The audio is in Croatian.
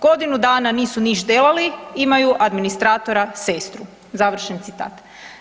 Godinu dana nisu niš delali, imaju administratora sestru.“ Završen citat.